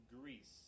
Greece